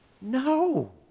No